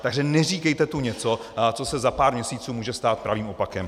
Takže neříkejte tu něco, co se za pár měsíců může stát pravým opakem!